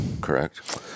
Correct